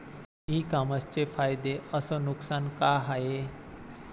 इ कामर्सचे फायदे अस नुकसान का हाये